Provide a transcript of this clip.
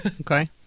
Okay